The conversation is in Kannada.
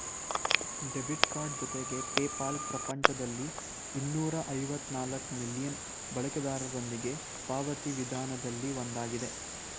ಡೆಬಿಟ್ ಕಾರ್ಡ್ ಜೊತೆಗೆ ಪೇಪಾಲ್ ಪ್ರಪಂಚದಲ್ಲಿ ಇನ್ನೂರ ಐವತ್ತ ನಾಲ್ಕ್ ಮಿಲಿಯನ್ ಬಳಕೆದಾರರೊಂದಿಗೆ ಪಾವತಿ ವಿಧಾನದಲ್ಲಿ ಒಂದಾಗಿದೆ